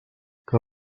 que